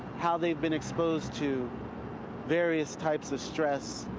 how they've been exposed to various types of stress,